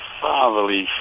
fatherly